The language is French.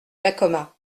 dacoma